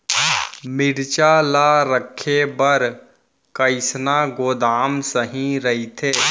मिरचा ला रखे बर कईसना गोदाम सही रइथे?